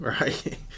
right